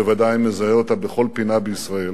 בוודאי מזהה אותה בכל פינה בישראל,